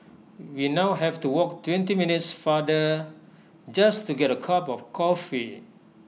we now have to walk twenty minutes farther just to get A cup of coffee